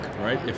right